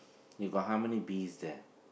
got how many bees there